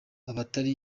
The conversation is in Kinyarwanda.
abataha